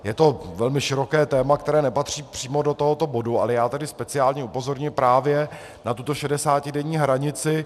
Je to velmi široké téma, které nepatří přímo do tohoto bodu, ale já tady speciálně upozorňuji právě na tuto 60denní hranici.